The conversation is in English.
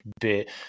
bit